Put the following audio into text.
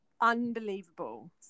unbelievable